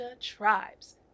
tribes